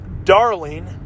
Darling